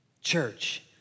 church